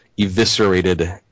eviscerated